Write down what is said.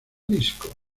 disco